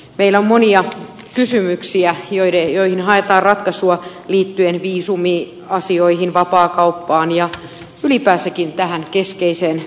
meillä on monia kysymyksiä joihin haetaan ratkaisua liittyen viisumiasioihin vapaakauppaan ja ylipäänsäkin tähän keskeiseen vuoropuheluun